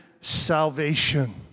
salvation